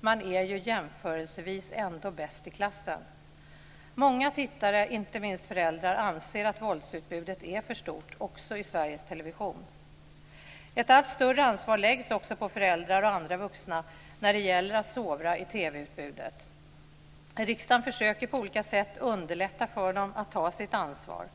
Man är ju jämförelsevis ändå bäst i klassen. Många tittare, inte minst föräldrar, anser att våldsutbudet är för stort också i Sveriges Television. Ett allt större ansvar läggs också på föräldrar och andra vuxna när det gäller att sovra i TV-utbudet. Riksdagen försöker på olika sätt att underlätta för dem att ta sitt ansvar.